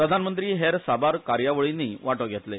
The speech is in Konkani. प्रधानमंत्री हेर साबार कार्यावळीनीय वांटो घेतले